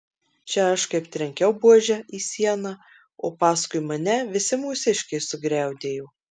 čia aš kaip trenkiau buože į sieną o paskui mane visi mūsiškiai sugriaudėjo